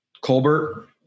Colbert